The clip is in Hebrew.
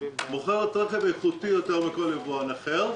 מוכרת רכב איכותי יותר מכל יבואן אחר,